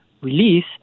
release